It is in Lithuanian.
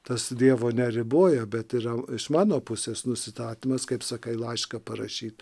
tas dievo neriboja bet yra iš mano pusės nusistatymas kaip sakai laišką parašyt